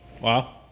Wow